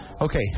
Okay